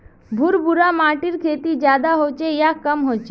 भुर भुरा माटिर खेती ज्यादा होचे या कम होचए?